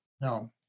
No